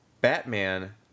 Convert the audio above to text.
Batman